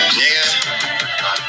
nigga